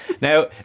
Now